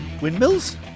Windmills